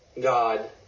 God